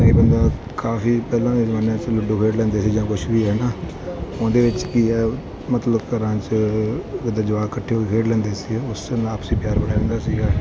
ਜਿੱਦਾਂ ਕਿ ਬੰਦਾ ਕਾਫੀ ਪਹਿਲਾਂ ਦੇ ਜ਼ਮਾਨੇ ਵਿੱਚ ਲੁਡੋ ਖੇਡ ਲੈਂਦੇ ਸੀ ਜਾਂ ਕੁਛ ਵੀ ਹੈ ਨਾ ਉਹਦੇ ਵਿੱਚ ਕੀ ਹੈ ਮਤਲਬ ਘਰਾਂ 'ਚ ਇੱਦਾਂ ਜਵਾਕ ਇਕੱਠੇ ਹੋ ਖੇਡ ਲੈਂਦੇ ਸੀ ਉਸ ਨਾਲ ਆਪਸੀ ਪਿਆਰ ਬਣਿਆ ਰਹਿੰਦਾ ਸੀਗਾ